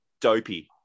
Dopey